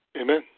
Amen